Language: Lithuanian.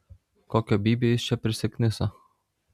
kokio bybio jis čia prisikniso